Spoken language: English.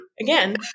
again